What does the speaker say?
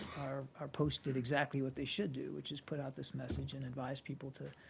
our our post did exactly what they should do which is put out this message and advise people to